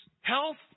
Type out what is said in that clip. health